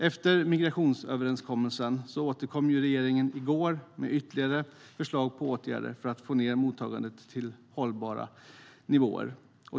Efter migrationsöverenskommelsen återkom regeringen i går med ytterligare förslag till åtgärder för att få ned mottagandet till hållbara nivåer.